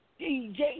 DJ